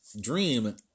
Dream